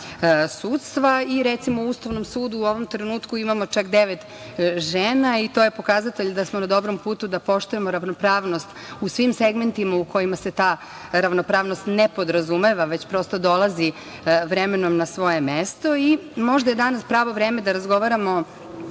VSS. Recimo, u Ustavnom sudu u ovom trenutku imamo čak devet žena i to je pokazatelj da smo na dobrom putu da poštujemo ravnopravnost u svim segmentima u kojima se ta ravnopravnost ne podrazumeva, već prosto dolazi vremenom na svoje mesto. Možda je danas pravo vreme da razgovaramo